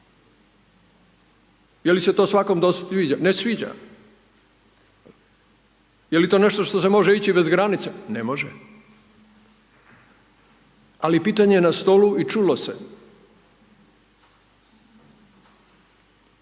Jel se to svakome sviđa? Ne sviđa. Je li to nešto što se može ići bez granica? Ne može. Ali pitanje je na stolu i čulo se.